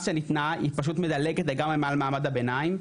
שניתנה היא פשוט מדלגת על מעמד הביניים,